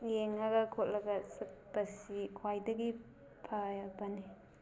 ꯌꯦꯡꯉꯒ ꯈꯣꯠꯂꯒ ꯆꯠꯄꯁꯤ ꯈ꯭ꯋꯥꯏꯗꯒꯤ ꯐꯕꯅꯤ